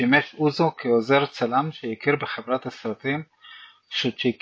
שימש אוזו כעוזר צלם שכיר בחברת הסרטים "שוצ'יקו".